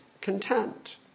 content